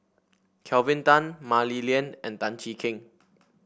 Kelvin Tan Mah Li Lian and Tan Cheng Kee